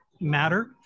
matter